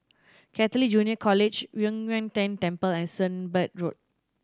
Catholic Junior College Yu Huang Tian Temple and Sunbird Road